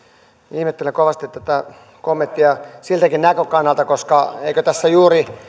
ihmettelen kovasti tätä kommenttia siltäkin näkökannalta että eikö tässä juuri